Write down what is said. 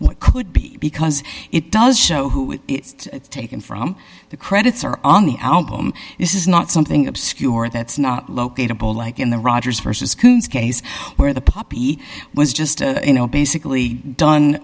what could be because it does show who it's taken from the credits or on the album this is not something obscure that's not locatable like in the rodgers versus coons case where the poppy was just you know basically done